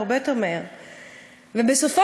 היא הוקמה ובסוף אושרה בדיעבד.